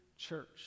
church